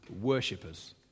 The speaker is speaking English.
worshippers